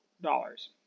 dollars